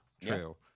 true